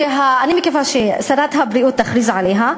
שאני מקווה ששרת הבריאות תכריז עליה,